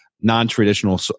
non-traditional